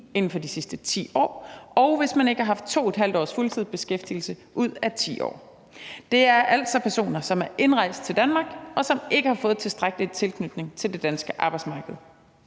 ud af de sidste 10 år, og hvis man ikke har haft 2½ års fuldtidsbeskæftigelse ud af 10 år. Det vedrører altså personer, som er indrejst til Danmark, og som ikke har fået en tilstrækkelig tilknytning til det danske arbejdsmarked.